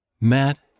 Matt